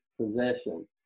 possession